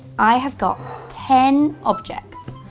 i have got ten objects,